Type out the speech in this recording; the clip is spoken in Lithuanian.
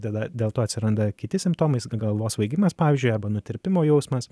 tada dėl to atsiranda kiti simptomai galvos svaigimas pavyzdžiui arba nutirpimo jausmas